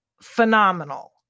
phenomenal